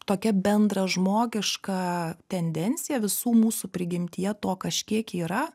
tokia bendražmogiška tendencija visų mūsų prigimtyje to kažkiek yra